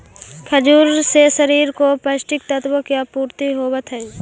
खजूर से शरीर को पौष्टिक तत्वों की आपूर्ति होवअ हई